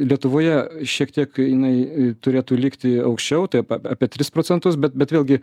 lietuvoje šiek tiek jinai turėtų likti aukščiau apie tris procentus be bet vėlgi